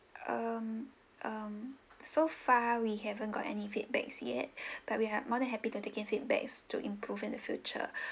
um um so far we haven't got any feedbacks yet but we have more than happy to take in feedbacks to improve in the future